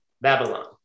Babylon